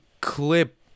clip